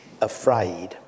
afraid